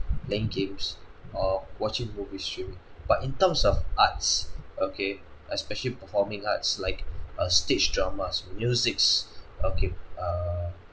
playing games or watching movie streaming but in terms of arts okay especially performing arts like uh stage dramas musics okay err